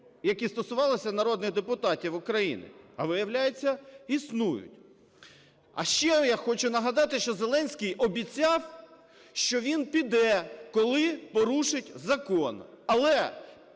які стосувалися народних депутатів України. А, виявляється, існують. А ще я хочу нагадати, що Зеленський обіцяв, що він піде, коли порушить закон. Але